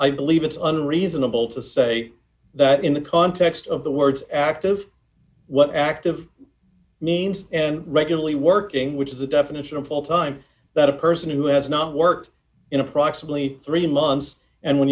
i believe it's on reasonable to say that in the context of the words active what active names regularly working which is the definition of full time that a person who has not worked in approximately three months and when